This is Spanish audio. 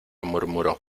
murmuró